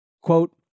Quote